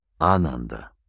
Ananda